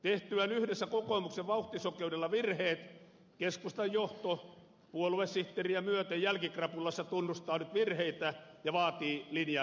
tehtyään yhdessä kokoomuksen vauhtisokeudella virheet keskustan johto puoluesihteeriä myöten jälkikrapulassa tunnustaa nyt virheitä ja vaatii linjan tarkistuksia